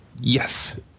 Yes